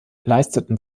leisteten